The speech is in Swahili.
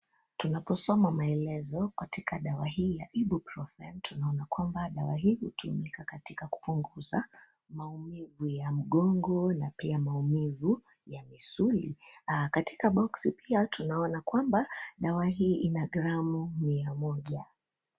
Tunaposoma maelezo katika dawa hii ya Ibuprofen tunaona kwamba dawa hii hutumika katika kupunguza maumivu ya mgongo na pia maumivu ya misuli. Katika boxi pia tunaona kwamba, dawa hii ina gramu mia moja.